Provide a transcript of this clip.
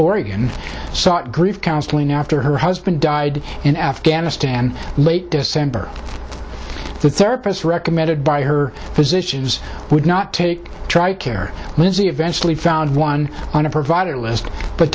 oregon sought grief counseling after her husband died in afghanistan late december the therapist recommended by her physicians would not take tri care lindsey eventually found one on a provider